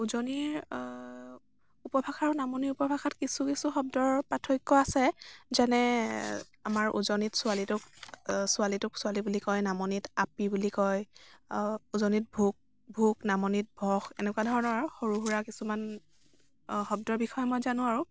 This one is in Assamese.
উজনিৰ উপভাষা আৰু নামনিৰ উপভাষাত কিছু কিছু শব্দৰ পাৰ্থক্য় আছে যেনে আমাৰ উজনিত ছোৱালীটো ছোৱালীটোক ছোৱালী বুলি কয় নামনিত আপী বুলি কয় উজনিত ভোগ ভোগ নামনিত ভখ এনেকুৱা ধৰণৰ সৰু সুৰা কিছুমান শব্দৰ বিষয়ে মই জানো আৰু